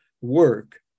work